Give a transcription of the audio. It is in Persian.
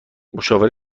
مشاوره